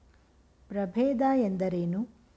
ಪ್ರಭೇದ ಎಂದರೇನು?